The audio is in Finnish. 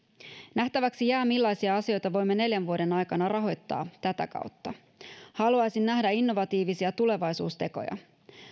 nähtäväksi jää millaisia asioita voimme neljän vuoden aikana rahoittaa tätä kautta haluaisin nähdä innovatiivisia tulevaisuustekoja